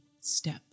step